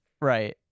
Right